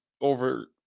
over